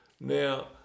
Now